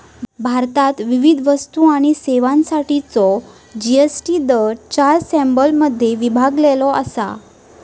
भारतात विविध वस्तू आणि सेवांसाठीचो जी.एस.टी दर चार स्लॅबमध्ये विभागलेलो असा